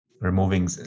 removing